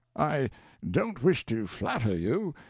i don't wish to flatter you,